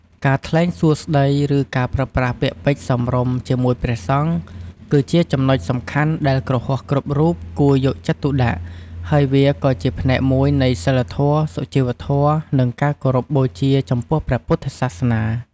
ការថ្លែងសូរស្តី ឬការប្រើប្រាស់ពាក្យពេចន៍សមរម្យជាមួយព្រះសង្ឃ គឺជាចំណុចសំខាន់ដែលគ្រហស្ថគ្រប់រូបគួរយកចិត្តទុកដាក់ ហើយវាក៏ជាផ្នែកមួយនៃសីលធម៌ សុជីវធម៌ និងការគោរពបូជាចំពោះព្រះពុទ្ធសាសនា។